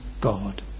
God